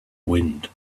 wind